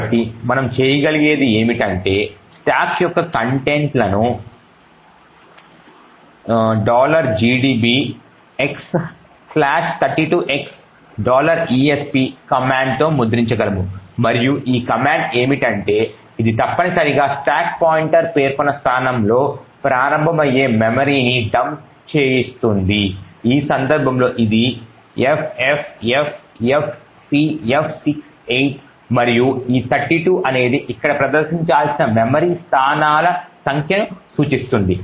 కాబట్టి మనం చేయగలిగేది ఏమిటంటే స్టాక్ యొక్క కంటెంట్లను gdb x32x esp కమాండ్తో ముద్రించగలము మరియు ఈ కమాండ్ ఏమిటంటే ఇది తప్పనిసరిగా స్టాక్ పాయింటర్ పేర్కొన్న స్థానంలో ప్రారంభమయ్యే మెమరీని డంప్ చేస్తుంది ఈ సందర్భంలో ఇది ffffcf68 మరియు ఈ 32 అనేది ఇక్కడ ప్రదర్శించాల్సిన మెమరీ స్థానాల సంఖ్యను సూచిస్తుంది